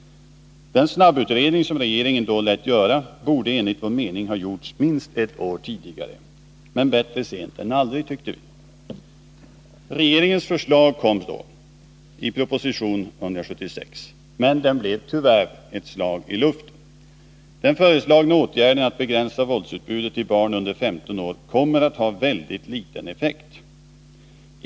Den snabbutredning som regeringen då lät göra borde enligt vår mening ha gjorts minst ett år tidigare. Men bättre sent än aldrig, tyckte vi. Regeringens förslag i proposition 176 blev tyvärr ett slag i luften. Den föreslagna åtgärden att begränsa våldsutbudet till barn under 15 år kommer att ha ytterst liten effekt.